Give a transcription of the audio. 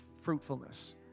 fruitfulness